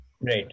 Right